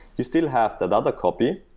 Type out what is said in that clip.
you still have another copy.